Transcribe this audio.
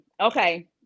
Okay